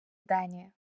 дані